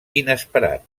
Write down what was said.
inesperat